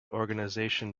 organisation